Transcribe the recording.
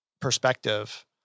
perspective